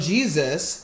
Jesus